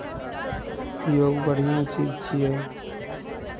योग बढ़िआँ चीज छियै